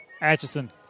Atchison